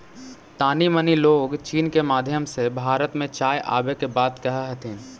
तानी मनी लोग चीन के माध्यम से भारत में चाय आबे के बात कह हथिन